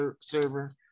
server